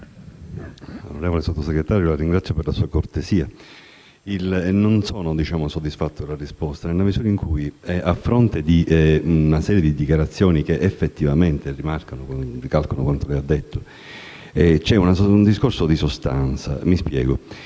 onorevole Sottosegretario, la ringrazio per la sua cortesia. Non sono soddisfatto della risposta poiché, a fronte di una serie di dichiarazioni che effettivamente ricalcano quanto lei ha detto, c'è un discorso di sostanza. Mi spiego.